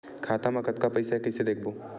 खाता मा कतका पईसा हे कइसे देखबो?